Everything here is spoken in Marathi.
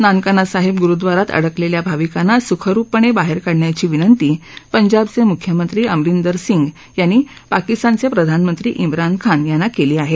नानकाना साहेब ग्रुदवारात अडकलेल्या भाविकांना सुखरुपपणे बाहेर काढण्याची विनंती पंजाबचे म्ख्यमंत्री अमरिंदर सिंग यांनी पाकिस्तानचे प्रधानमंत्री इमरान खान यांना केली आहे